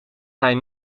hij